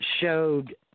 showed